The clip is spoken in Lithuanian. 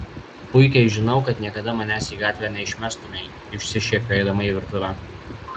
puikiai žinau kad niekada manęs į gatvę neišmestumei išsišiepiu eidama į virtuvę